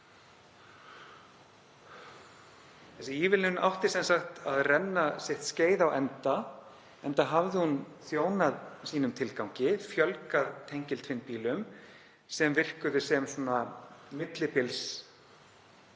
Þessi ívilnun átti sem sagt að renna sitt skeið á enda, enda hafði hún þjónað sínum tilgangi og fjölgað tengiltvinnbílum sem virkuðu sem svona millibilstækni